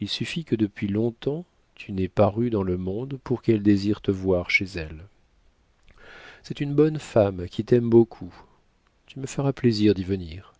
il suffit que depuis long-temps tu n'aies paru dans le monde pour qu'elle désire te voir chez elle c'est une bonne femme qui t'aime beaucoup tu me feras plaisir d'y venir